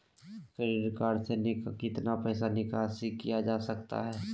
Credit card से कितना पैसा निकासी किया जा सकता है?